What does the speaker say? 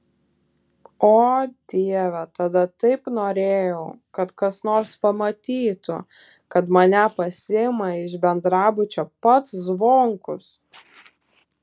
o dieve tada taip norėjau kad kas nors pamatytų kad mane pasiima iš bendrabučio pats zvonkus